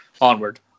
onward